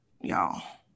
y'all